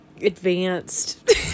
advanced